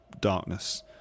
darkness